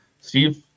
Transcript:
Steve